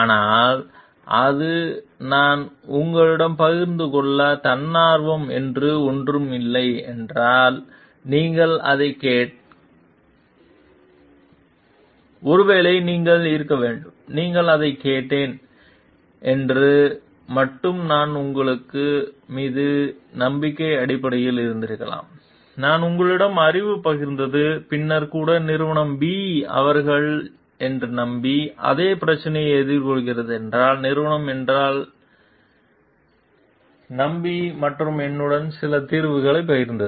ஆனால் அது நான் உங்களுடன் பகிர்ந்து கொள்ள தன்னார்வ என்று ஒன்று இல்லை என்றால் நீங்கள் அதை கேட்டேன் ஒருவேளை நீங்கள் இருக்க வேண்டும் நீங்கள் அதை கேட்டேன் என்று மட்டும் நான் உங்கள் மீது நம்பிக்கை அடிப்படையில் இருந்திருக்கலாம் நான் உங்களுடன் அறிவு பகிர்ந்து பின்னர் கூட நிறுவனம் B அவர்கள் என்னை நம்பி அதே பிரச்சனை எதிர்கொள்கிறது என்றால் நிறுவனம் என்னை நம்பி மற்றும் என்னுடன் சில தீர்வு பகிர்ந்து